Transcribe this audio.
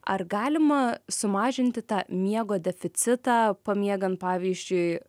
ar galima sumažinti tą miego deficitą pamiegan pavyzdžiui